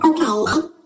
Okay